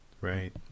Right